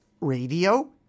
Radio